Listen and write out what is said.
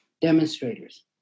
demonstrators